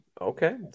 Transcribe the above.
Okay